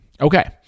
Okay